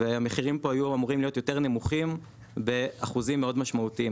והמחירים פה היו אמורים להיות יותר נמוכים באחוזים מאוד משמעותיים,